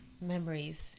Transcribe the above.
memories